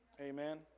Amen